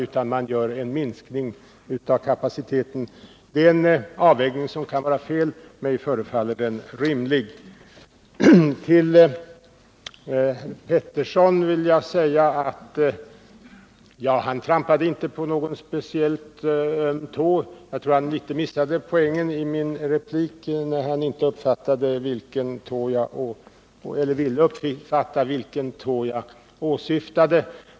Vi har stannat för en minskning av kapaciteten, och det är en avvägning som kan vara felaktig, men mig förefaller den rimlig. Till Karl-Anders Petersson vill jag säga att han inte trampat på någon speciellt öm tå. Jag tror att han litet grand missade poängen i min replik, när han inte ville uppfatta vilken tå jag åsyftade.